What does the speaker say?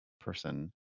person